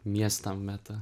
miestam meta